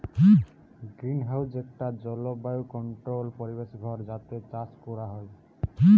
greenhouse একটা জলবায়ু controlled পরিবেশ ঘর যাতে চাষ কোরা হয়